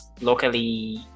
locally